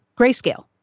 grayscale